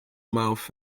mouth